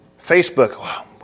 Facebook